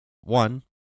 one